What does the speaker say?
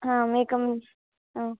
आम् एकम् आ